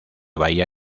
bahía